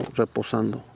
reposando